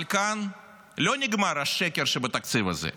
אבל כאן לא נגמר השקר שבתקציב הזה.